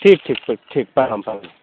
ठीक छै ठीक परनाम परनाम